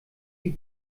die